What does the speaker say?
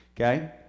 okay